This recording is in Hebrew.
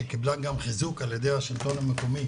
שקיבלה גם חיזוק על-ידי השלטון המקומי,